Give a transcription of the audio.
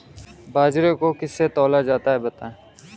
बाजरे को किससे तौला जाता है बताएँ?